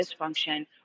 dysfunction